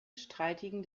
streitigen